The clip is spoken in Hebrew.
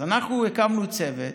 אז אנחנו הקמנו צוות,